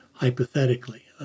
Hypothetically